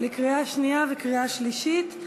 לקריאה שנייה ולקריאה שלישית.